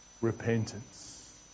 repentance